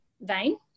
vein